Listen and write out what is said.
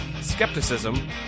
skepticism